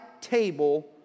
table